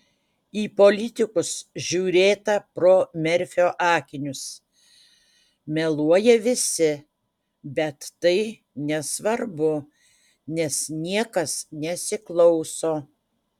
į politikus žiūrėta pro merfio akinius meluoja visi bet tai nesvarbu nes niekas nesiklauso